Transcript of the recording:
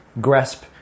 grasp